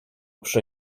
przy